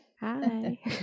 Hi